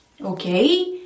Okay